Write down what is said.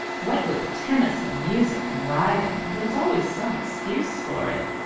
what with tennis, and music, and riding, there is always some excuse for it.